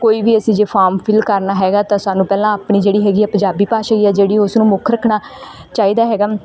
ਕੋਈ ਵੀ ਅਸੀਂ ਜੇ ਫਾਮ ਫਿੱਲ ਕਰਨਾ ਹੈਗਾ ਤਾਂ ਸਾਨੂੰ ਪਹਿਲਾਂ ਆਪਣੀ ਜਿਹੜੀ ਹੈਗੀ ਹੈ ਪੰਜਾਬੀ ਭਾਸ਼ਾ ਹੀ ਹੈ ਜਿਹੜੀ ਉਸਨੂੰ ਮੁੱਖ ਰੱਖਣਾ ਚਾਹੀਦਾ ਹੈਗਾ